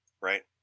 right